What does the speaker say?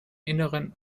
innern